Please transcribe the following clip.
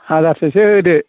हाजारसेसो होदो